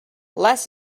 less